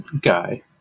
Guy